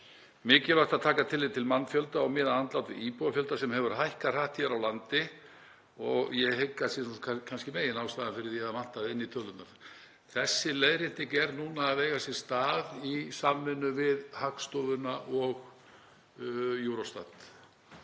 mikilvægt að taka tillit til mannfjölda og miða andlát við íbúafjölda, sem hefur hækkað hratt hér á landi og ég hygg að sé kannski meginástæðan fyrir því að það vantaði inn í tölurnar. Þessi leiðrétting er núna að eiga sér stað í samvinnu við Hagstofuna og Eurostat